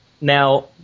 Now